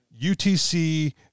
UTC